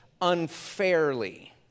unfairly